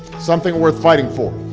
something worth fighting for.